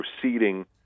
proceeding